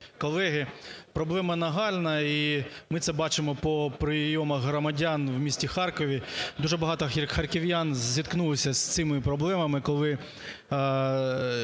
колеги, проблема нагальна і ми це бачимо по прийомах громадян у місті Харкові. Дуже багато харків'ян зіткнулися з цими проблемами, коли